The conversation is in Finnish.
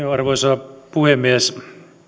arvoisa puhemies